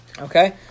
Okay